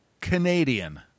Canadian